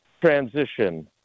transition